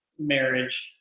marriage